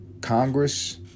Congress